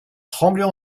tremblay